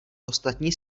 ostatní